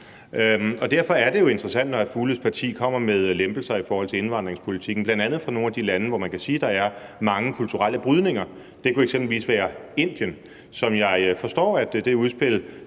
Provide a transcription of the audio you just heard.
Derfor er det jo interessant, når hr. Mads Fugledes parti kommer med lempelser i forhold til indvandringspolitikken, bl.a. for nogle af de lande, hvor man kan sige der er mange kulturelle brydninger. Det kunne eksempelvis være folk fra Indien, som jeg forstår at hr. Mads